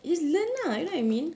you just learn ah you know what I mean